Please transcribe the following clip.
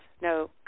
no